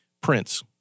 Prince